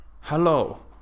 Hello